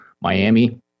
Miami